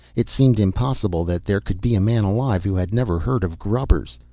it seemed impossible that there could be a man alive who had never heard of grubbers.